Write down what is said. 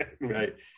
right